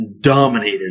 dominated